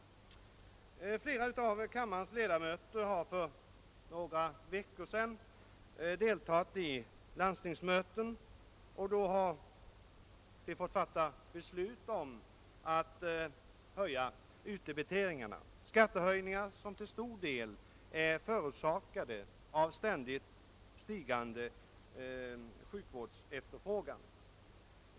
Flera av kammarens ledamöter har för några veckor sedan deltagit i landstingsmöten och då fått fatta beslut om att höja utdebiteringarna. Dessa skattehöjningar är till stor del förorsakade av den ständigt stigande sjukvårdsefterfrågan.